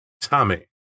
tommy